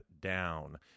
down